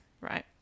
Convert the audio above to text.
right